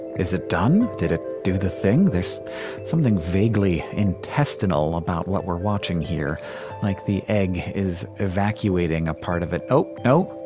is it done? did it do the thing? there is something vaguely intestinal about what we're watching here like the egg is evacuating a part of it oh. no.